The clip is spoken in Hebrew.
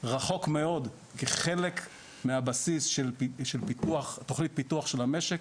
רחוק מאוד, כחלק מהבסיס של תכנית פיתוח של המשק,